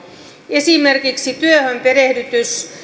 esimerkiksi työhön perehdytys